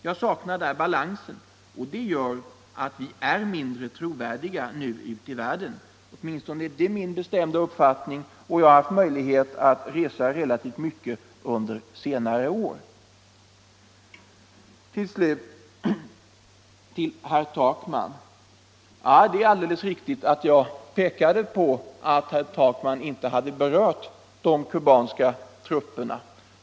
Jag saknar balansen i det sammanhanget, och den bristen gör att vi nu är mindre trovärdiga ute i världen. Åtminstone är det min bestämda uppfattning, och jag har haft möjlighet att resa relativt mycket under senare år. Vidare några ord till herr Takman. Ja, det är alldeles riktigt att jag pekade på att herr Takman inte hade nämnt de kubanska trupperna.